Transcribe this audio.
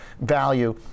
value